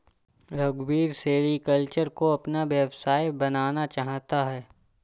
रघुवीर सेरीकल्चर को अपना व्यवसाय बनाना चाहता है